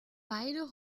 beide